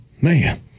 Man